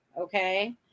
Okay